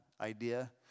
idea